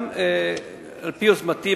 על-פי יוזמתי,